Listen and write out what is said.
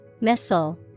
missile